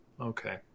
Okay